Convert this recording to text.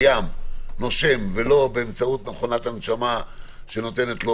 נושם ולא באמצעות מכונת הנשמה שנותנת לו